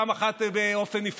פעם אחת בנפרד,